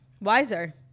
Wiser